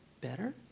better